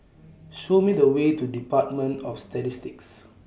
Show Me The Way to department of Statistics